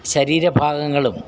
ശരീര ഭാഗങ്ങളും